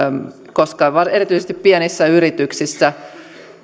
koska erityisesti pienissä yrityksissä